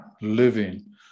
living